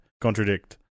Contradict